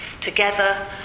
together